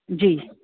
जी